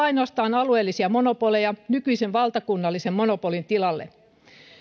ainoastaan alueellisia monopoleja nykyisen valtakunnallisen monopolin tilalle